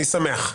אני שמח.